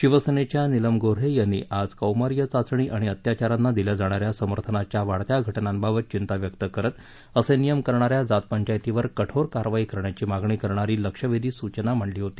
शिवसेनेच्या नीलम गोर्डे यांनी आज कौमार्य चाचणी आणि अत्याचारांना दिल्या जाणाऱ्या समर्थनाच्या वाढत्या घटनांबाबत चिंता व्यक्त करत असे नियम करणाऱ्या जातपंचायतींवर कठोर कारवाई करण्याची मागणी करणारी लक्षवेधी सूचना मांडली होती